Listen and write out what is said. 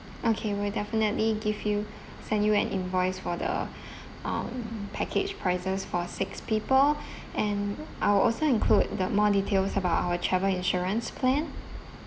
okay will definitely give you send you an invoice for the um package prices for six people and I will also include the more details about our travel insurance plan